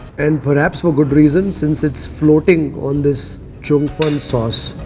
and perhaps for good reason since it's floating on this chung fung sauce.